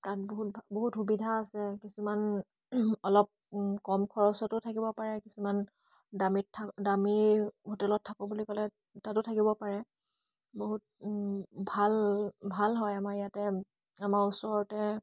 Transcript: তাত বহুত বহুত সুবিধা আছে কিছুমান অলপ কম খৰচতো থাকিব পাৰে কিছুমান দামীত দামী হোটেলত থাকোঁ বুলি ক'লে তাতো থাকিব পাৰে বহুত ভাল ভাল হয় আমাৰ ইয়াতে আমাৰ ওচৰতে